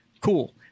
cool